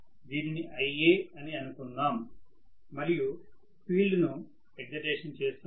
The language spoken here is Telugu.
దీనిని Iaఅని అనుకుందాం మరియు ఫీల్డ్ ను విడిగా ఎగ్జైటేషన్ చేస్తున్నాము